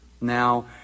Now